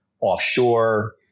offshore